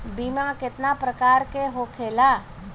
बीमा केतना प्रकार के होखे ला?